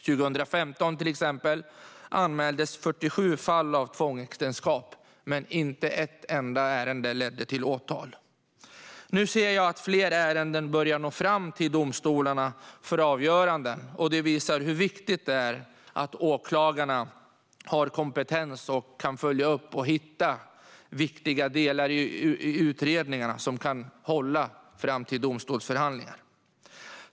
År 2015 anmäldes till exempel 47 fall av tvångsäktenskap, men inte ett enda ärende ledde till åtal. Nu ser jag att fler ärenden börjar nå fram till domstolarna för avgöranden. Det visar hur viktigt det är att åklagarna har kompetens och att de kan följa upp och hitta viktiga delar i utredningarna som kan hålla fram till domstolsförhandlingar.